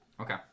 Okay